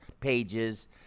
pages